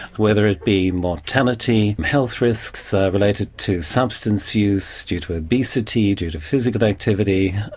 whether it be mortality, health risks related to substance use, due to obesity, due to physical activity,